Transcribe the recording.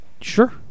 Sure